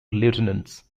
lieutenants